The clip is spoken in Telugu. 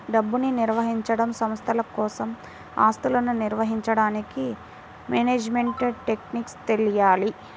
డబ్బుని నిర్వహించడం, సంస్థల కోసం ఆస్తులను నిర్వహించడానికి మేనేజ్మెంట్ టెక్నిక్స్ తెలియాలి